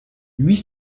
huit